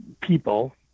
people